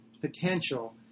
potential